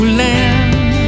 land